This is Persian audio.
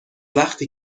وقتی